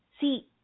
See